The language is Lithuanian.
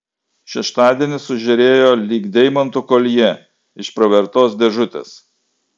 šeštadienis sužėrėjo lyg deimantų koljė iš pravertos dėžutės